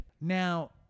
Now